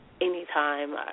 Anytime